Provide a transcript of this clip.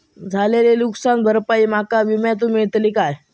झालेली नुकसान भरपाई माका विम्यातून मेळतली काय?